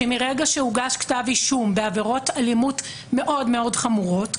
שמרגע שהוגש כתב אישום בעבירות אלימות מאוד מאוד חמורות,